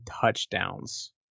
touchdowns